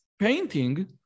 painting